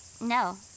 No